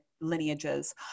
lineages